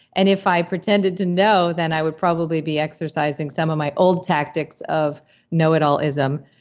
and if i pretended to know, then i would probably be exercising some of my old tactics of no-it-all-ism,